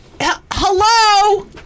Hello